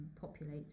populate